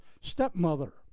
stepmother